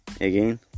again